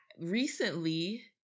recently